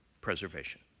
preservation